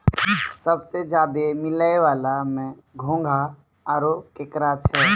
सबसें ज्यादे मिलै वला में घोंघा आरो केकड़ा छै